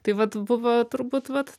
tai vat buvo turbūt vat